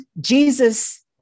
Jesus